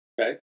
Okay